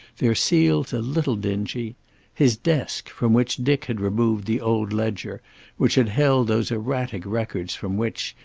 their seals a little dingy his desk, from which dick had removed the old ledger which had held those erratic records from which,